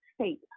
state